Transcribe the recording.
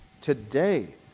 Today